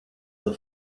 the